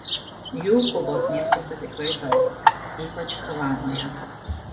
jų kubos miestuose tikrai daug ypač havanoje